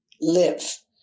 live